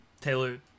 Taylor